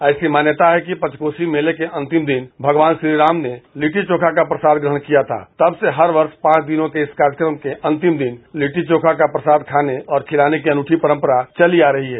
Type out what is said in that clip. ऐसी मान्यता है कि पंचकोशी मेले को अंतिम दिन भगवान श्रीराम ने लिट्टी चोखा का प्रसाद ग्रहण किया था तब से हर वर्ष पांच दिनों के इस कार्यक्रम के अंतिम दिन लिट्टी चोखा का प्रसाद खाने और खिलाने की अनूठी परंपरा चली आ रही है